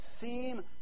seem